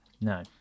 No